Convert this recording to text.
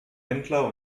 händler